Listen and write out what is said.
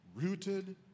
rooted